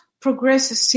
progresses